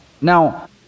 Now